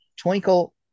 twinkle